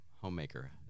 homemaker